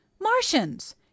Martians